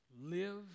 Live